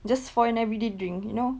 just for an everyday drink you know